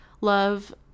Love